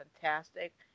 fantastic